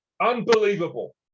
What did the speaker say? Unbelievable